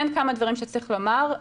כמה דברים שצריך לומר.